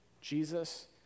Jesus